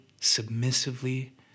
submissively